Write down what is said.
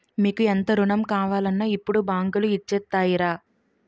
మీకు ఎంత రుణం కావాలన్నా ఇప్పుడు బాంకులు ఇచ్చేత్తాయిరా